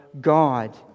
God